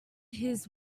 his